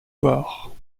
bords